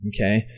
okay